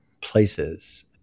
places